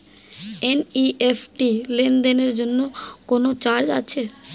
NEFT লেনদেনের জন্য কোন চার্জ আছে?